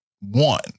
one